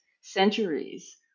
centuries